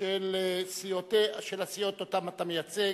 של הסיעות שאותן אתה מייצג,